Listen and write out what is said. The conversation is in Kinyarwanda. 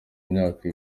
myaka